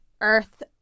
Earth